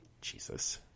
Jesus